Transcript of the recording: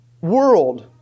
world